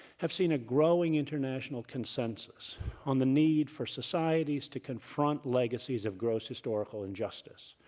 have seen a growing international consensus on the need for societies to confront legacies of gross historical injustice.